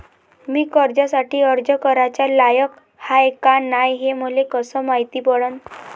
मी कर्जासाठी अर्ज कराचा लायक हाय का नाय हे मले कसं मायती पडन?